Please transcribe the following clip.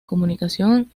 comunicación